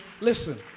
listen